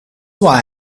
why